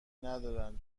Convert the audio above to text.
ندارن